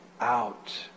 out